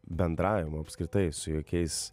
bendravimo apskritai su jokiais